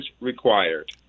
required